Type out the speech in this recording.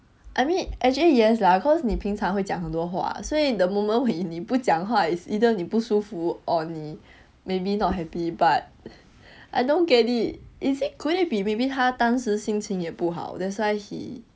I mean actually yes lah cause 你平常会讲很多话所以 the moment when 你不讲话 is either 你不舒服 or 你 maybe not happy but I don't get it is it could it be 他当时心情也不好 that's why he